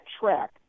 track